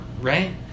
Right